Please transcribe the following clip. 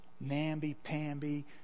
namby-pamby